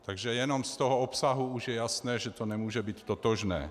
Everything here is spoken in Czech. Takže jenom z toho obsahu už je jasné, že to nemůže být totožné.